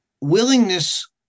willingness